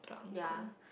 ya